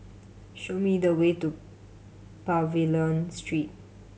show me the way to Pavilion Street